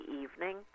evening